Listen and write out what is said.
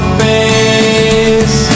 face